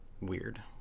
weird